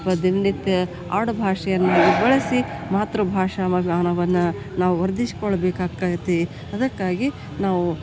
ಪ ದಿನನಿತ್ಯ ಆಡುಭಾಷೆಯನ್ನಾಗಿ ಬಳಸಿ ಮಾತೃಭಾಷೆ ನಾವು ವರ್ಧಿಸ್ಕೊಳ್ಬೇಕಾಕೈತಿ ಅದಕ್ಕಾಗಿ ನಾವು